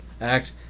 act